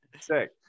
Sick